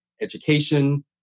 education